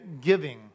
giving